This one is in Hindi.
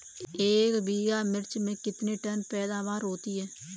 एक बीघा मिर्च में कितने टन पैदावार होती है?